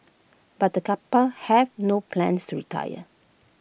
but the couple have no plans to retire